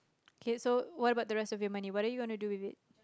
okay so what about the rest your money what are you gonna do with it